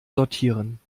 sortieren